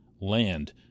land